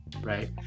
right